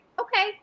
okay